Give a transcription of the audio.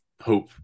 hope